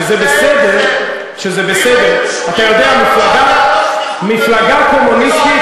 שזה בסדר, אתה יודע, מפלגה קומוניסטית,